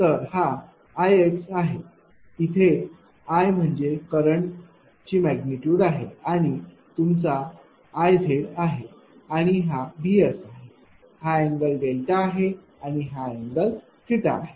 तर हा Ix आहे इथे I म्हणजे करंट ची मैग्निट्यूड आहे आणि हा तुमचा IZ आहे आणि हा VSआहे हा अँगल आहे आणि हा अँगल आहे